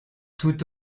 tout